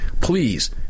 Please